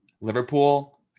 Liverpool